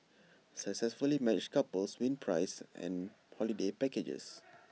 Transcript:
successfully matched couples win prize and holiday packages